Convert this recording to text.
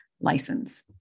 license